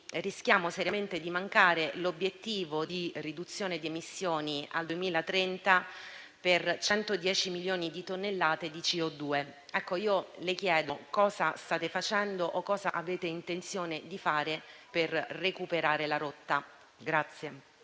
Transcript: rischiamo seriamente di mancare l'obiettivo di riduzione di emissioni al 2030 per 110 milioni di tonnellate di CO2. Le chiedo dunque che cosa state facendo o che cosa avete intenzione di fare per recuperare la rotta.